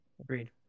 Agreed